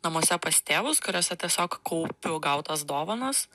namuose pas tėvus kuriose tiesiog kaupiu gautas dovanas